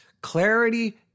clarity